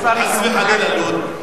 חס וחלילה לוד.